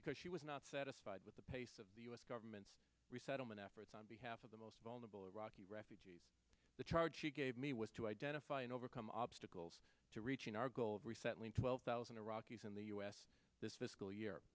because she was not satisfied with the pace of the u s government's resettlement efforts on behalf of the most vulnerable iraqi refugees the charge she gave me was to identify and overcome obstacles to reaching our goal of resettling twelve thousand iraqis in the u s this fiscal year